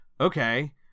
okay